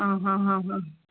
ಆಂ ಹಾಂ ಹಾಂ ಹಾಂ